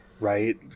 right